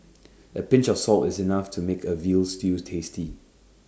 the pinch of salt is enough to make A Veal Stew tasty